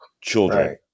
children